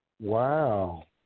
Wow